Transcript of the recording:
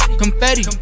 confetti